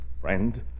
Friend